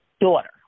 daughter